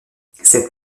cette